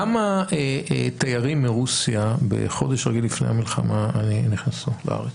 כמה תיירים מרוסיה בחודש רגיל לפני המלחמה נכנסו לארץ?